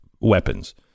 weapons